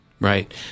Right